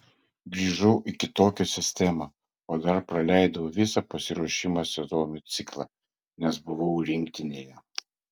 grįžau į kitokią sistemą o dar praleidau visą pasiruošimo sezonui ciklą nes buvau rinktinėje